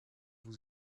vous